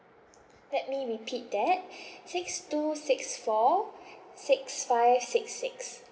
let me repeat that six two six four six five six six